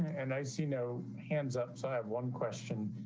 and i see no hands up. so i have one question.